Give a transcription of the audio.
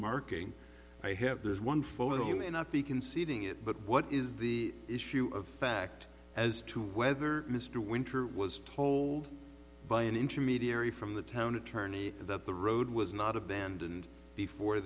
marking i have there's one photo who may not be conceding it but what is the issue of fact as to whether mr winter was told by an intermediary from the town attorney that the road was not abandoned before